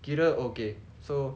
kira okay so